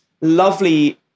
lovely